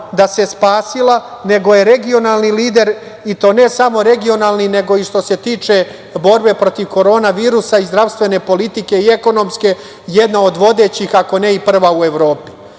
da se spasila, nego je regionalni lider i to ne samo regionalni, nego i što se tiče borbe protiv korona virusa i zdravstvene politike i ekonomske, jedna od vodećih, ako ne i prva u Evropi. Dakle,